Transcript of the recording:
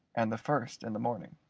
and the first in the morning.